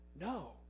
No